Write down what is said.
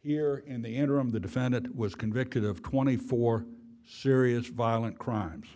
here in the interim the defendant was convicted of twenty four serious violent crimes